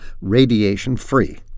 radiation-free